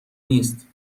نیست